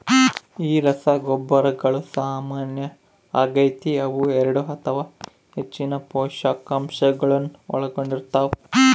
ಈ ರಸಗೊಬ್ಬರಗಳು ಸಾಮಾನ್ಯ ಆಗತೆ ಅವು ಎರಡು ಅಥವಾ ಹೆಚ್ಚಿನ ಪೋಷಕಾಂಶಗುಳ್ನ ಒಳಗೊಂಡಿರ್ತವ